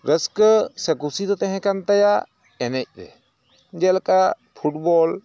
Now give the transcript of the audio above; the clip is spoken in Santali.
ᱨᱟᱹᱥᱠᱟᱹ ᱥᱮ ᱠᱩᱥᱤᱫᱚ ᱛᱮᱦᱮᱸ ᱠᱟᱱ ᱛᱟᱭᱟ ᱮᱱᱮᱡ ᱨᱮ ᱡᱮᱞᱮᱠᱟ ᱯᱷᱩᱴᱵᱚᱞ